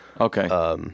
Okay